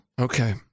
Okay